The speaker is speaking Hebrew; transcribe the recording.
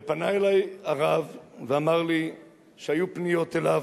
פנה אלי הרב ואמר לי שהיו פניות אליו,